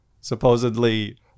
supposedly